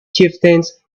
chieftains